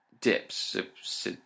dips